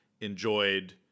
enjoyed